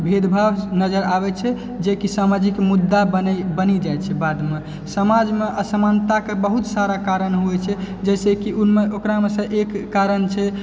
भेदभाव नजरि आबै छै जेकि सामाजिक मुद्दा बनि जाइ छै बादमे समाजमे असमनताके बहुत सारा कारण होइ छै जाहिसँ कि ओकरामे सँ एक कारण छै